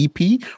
EP